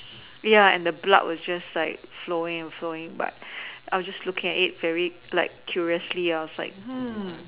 ya and the blood were just like flowing and flowing but I was just looking at it very like curiously I was just like hmm